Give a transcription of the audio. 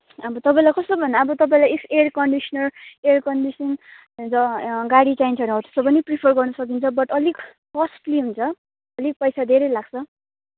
अब तपाईँलाई कस्तो भन्ने अब तपाईँलाई if air conditioner air conditioned ज गाडी चाहिन्छ भने हो त्यस्तो पनि प्रिफर गर्न सकिन्छ बट अलिक कोस्टली हुन्छ अलिक पैसा धेरै लाग्छ